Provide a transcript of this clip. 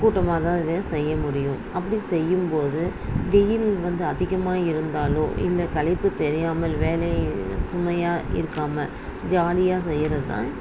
கூட்டமாகதான் இதை செய்ய முடியும் அப்படி செய்யும் போது வெயில் வந்து அதிகமாக இருந்தாலோ இல்லை களைப்பு தெரியாமல் வேலையை சுமையாக இருக்காமல் ஜாலியாக செய்யறது தான்